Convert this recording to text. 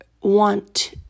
want